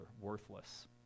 worthless